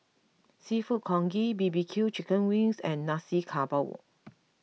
Seafood Congee B B Q Chicken Wings and Nasi Campur